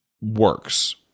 works